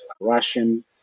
Russian